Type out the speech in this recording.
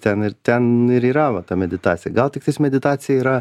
ten ir ten ir yra va ta meditacija gal tiktais meditacija yra